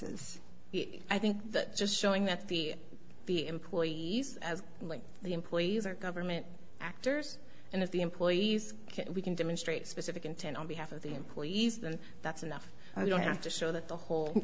acquiesces i think that just showing that the b employees as only the employees are government actors and if the employees we can demonstrate specific intent on behalf of the employees then that's enough i don't have to show that the whole